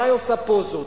מה היא עושה פוזות?